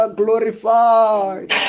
glorified